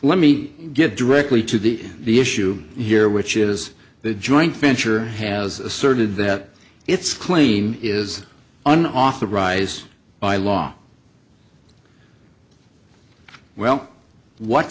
let me get directly to the the issue here which is the joint venture has asserted that its claim is an authorized by law well what